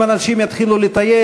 אם אנשים יתחילו לטייל,